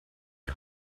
die